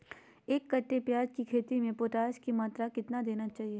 एक कट्टे प्याज की खेती में पोटास की मात्रा कितना देना चाहिए?